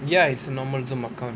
ya it's normal Zoom account